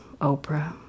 Oprah